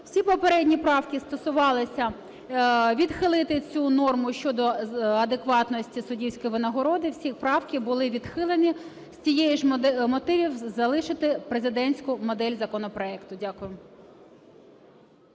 Всі попередні правки стосувалися відхилити цю норму щодо адекватності суддівської винагороди, всі правки були відхилені з тих же мотивів – залишити президентську модель законопроекту. Дякую.